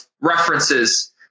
references